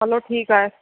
हलो ठीकु आहे